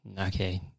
Okay